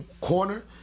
corner